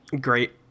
Great